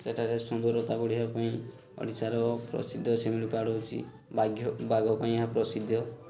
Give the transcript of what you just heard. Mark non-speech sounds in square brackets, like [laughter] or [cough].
ସେଠାରେ ସୁନ୍ଦରତା ବଢ଼ିବା ପାଇଁ ଓଡ଼ିଶାର ପ୍ରସିଦ୍ଧ ଶିମିଳିପାଳ ହେଉଛି [unintelligible] ବାଘ ପାଇଁ ଏହା ପ୍ରସିଦ୍ଧ